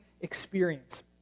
experience